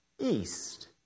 East